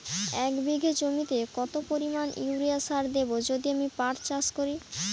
এক বিঘা জমিতে কত পরিমান ইউরিয়া সার দেব যদি আমি পাট চাষ করি?